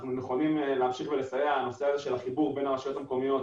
אנחנו נכונים להמשיך ולסייע בנושא הזה של החיבור בין הרשויות המקומיות